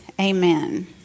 amen